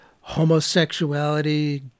homosexuality